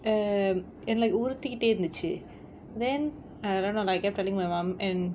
um and like உறுத்திகிட்டே இருந்துச்சி:uruthikittae irunthuchi then I don't know I kept telling my mom and